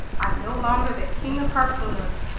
i'm no longer the king of harpooners!